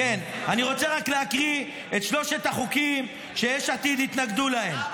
אני רוצה רק להקריא את שלושת החוקים שיש עתיד התנגדו להם.